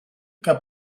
que